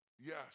Yes